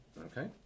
okay